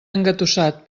engatussat